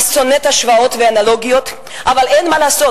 אני שונאת השוואות ואנלוגיות, אבל אין מה לעשות.